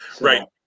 Right